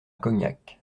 cognac